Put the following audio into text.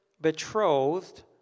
betrothed